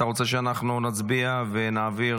אתה רוצה שאנחנו נצביע ונעביר